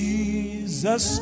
Jesus